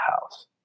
house